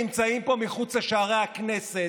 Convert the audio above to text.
נמצאים פה מחוץ לשערי הכנסת,